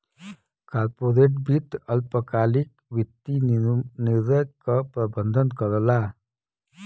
corporate वित्त अल्पकालिक वित्तीय निर्णय क प्रबंधन करला